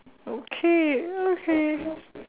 okay okay